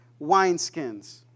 wineskins